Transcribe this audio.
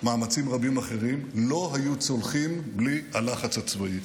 מאמצים רבים אחרים, לא היו צולחים בלי הלחץ הצבאי,